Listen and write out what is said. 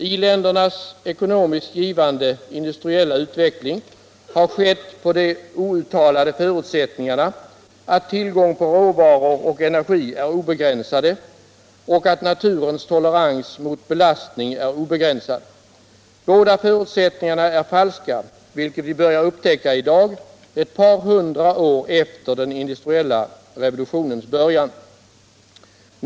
I-ländernas ekonomiskt givande industriella utveckling har skett på de outtalade förutsättningarna att tillgång på råvaror och energi är obegränsade och att naturens tolerans mot belastning är obegränsad. Båda förutsättningarna är falska, vilket vi börjar upptäcka i dag, ett par hundra år efter den industriella revolutionens början.